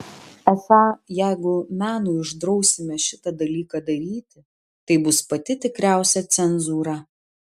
esą jeigu menui uždrausime šitą dalyką daryti tai bus pati tikriausia cenzūra